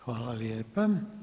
Hvala lijepa.